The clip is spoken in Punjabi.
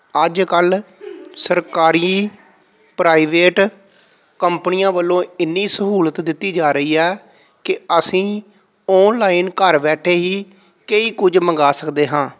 ਅੱਜ ਕੱਲ੍ਹ ਸਰਕਾਰੀ ਪ੍ਰਾਈਵੇਟ ਕੰਪਨੀਆਂ ਵੱਲੋਂ ਇੰਨੀ ਸਹੂਲਤ ਦਿੱਤੀ ਜਾ ਰਹੀ ਹੈ ਕਿ ਅਸੀਂ ਆਨਲਾਈਨ ਘਰ ਬੈਠੇ ਹੀ ਕਈ ਕੁਝ ਮੰਗਵਾ ਸਕਦੇ ਹਾਂ